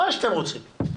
מה שאתם רוצים.